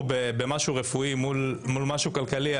בנושא: כשמדובר פה במשהו רפואי מול משהו כלכלי,